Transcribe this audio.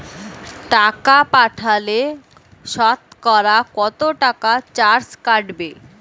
টাকা পাঠালে সতকরা কত টাকা চার্জ কাটবে?